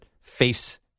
face